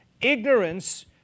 Ignorance